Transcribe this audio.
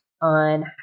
on